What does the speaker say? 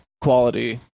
quality